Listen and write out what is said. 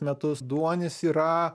metus duonis yra